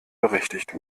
berechtigt